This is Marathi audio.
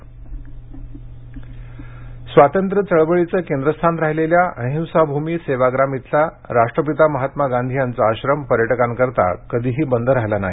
इंट्रो सेवाग्राम स्वातंत्र्य चळवळीचे केंद्रस्थान राहिलेल्या अहिंसाभूमी सेवाग्राम इथला राष्ट्रपिता महात्मा गांधी यांचा आश्रम पर्यटकांकरिता कधीही बंद राहिला नाही